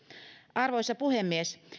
arvoisa puhemies